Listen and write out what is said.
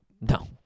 no